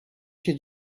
się